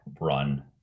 run